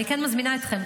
אני כן מזמינה אתכם,